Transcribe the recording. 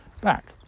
back